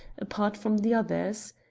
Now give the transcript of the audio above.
apart from the others.